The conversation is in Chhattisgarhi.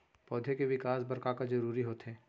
पौधे के विकास बर का का जरूरी होथे?